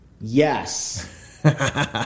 yes